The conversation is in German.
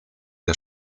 der